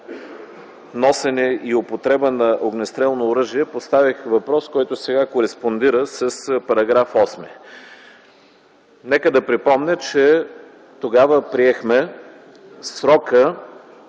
носене и употреба на огнестрелно оръжие, поставих въпрос, който сега кореспондира с § 8. Нека да припомня, че тогава приехме срока,